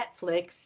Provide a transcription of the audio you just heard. Netflix